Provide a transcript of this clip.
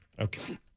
Okay